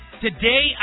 Today